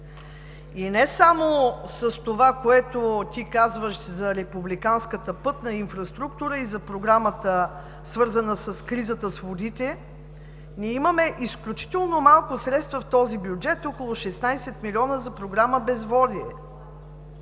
И не само с това, което ти казваш – за републиканската пътна инфраструктура и за програмата, свързана с кризата с водите. Ние имаме изключително малко средства в този бюджет, около 16 млн. лв. за програма „Безводие“.